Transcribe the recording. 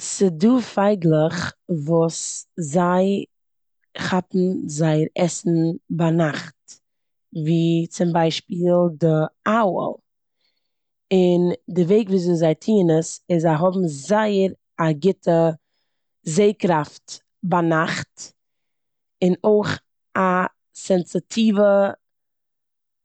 ס'דא פייגלעך וואס זיי כאפן זייער עסן ביינאכט ווי צום ביישפיל די אוול און די וועג וויאזוי זיי טוען עס איז זיי האבן זייער א גוטע זע-קראפט ביינאכט און אויך א סענסיטיווע